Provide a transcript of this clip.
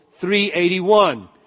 381